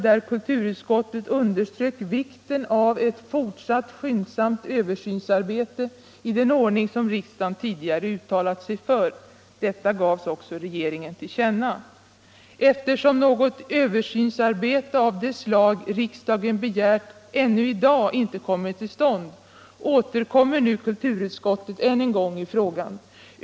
där kulturutskottet underströk vikten av ett fortsatt skyndsamt översynsarbete i den ordning som riksdagen tidigare uttalat sig för. Detta gavs också regeringen till känna. Eftersom något översynsarbete av det slag riksdagen begärt ännu I dag inte kommit tll stånd återkommer nu kulturutskottet än en gång i frågan.